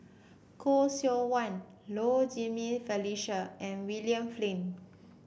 Khoo Seok Wan Low Jimenez Felicia and William Flint